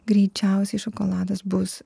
greičiausiai šokoladas bus